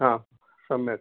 हा सम्यक्